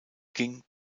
ging